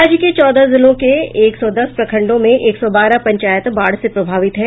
राज्य के चौदह जिलों के एक सौ दस प्रखंडों में एक सौ बारह पंचायत बाढ़ से प्रभावित हैं